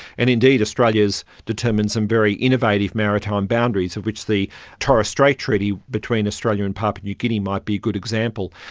and indeed, australia has determined some very innovative maritime boundaries, of which the torres straits treaty between australia and papua new guinea might be a good example.